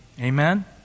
Amen